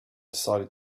decided